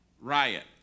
riot